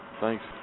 Thanks